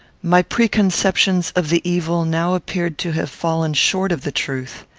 my preconceptions of the evil now appeared to have fallen short of the truth.